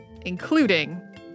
including